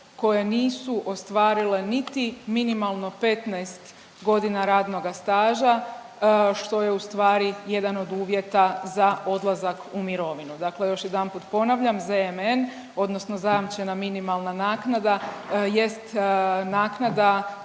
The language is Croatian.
koje nisu ostvarile niti minimalno 15 godina radnoga staža što je u stvari jedan od uvjeta za odlazak u mirovinu. Dakle, još jedanput ponavljam ZMN, odnosno zajamčena minimalna naknada jest naknada